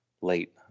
late